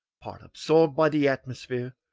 part absorbed by the atmosphere,